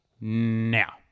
now